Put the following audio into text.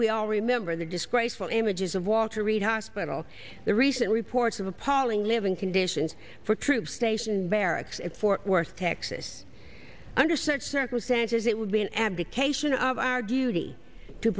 we all remember the disgraceful images of walter reed hospital the recent reports of appalling living conditions for troops stationed barracks in fort worth texas under such circumstances it would be an abdication of our duty to